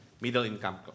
middle-income